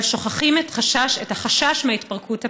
אבל שוכחים את החשש מההתפרקות הפנימית.